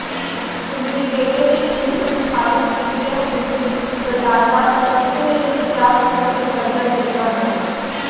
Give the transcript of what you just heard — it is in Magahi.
सिंडिकेटेड ऋण संस्थागत वित्तीय पूंजी प्रदाता सब से ऋण प्राप्त करे के बढ़िया तरीका हय